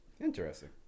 Interesting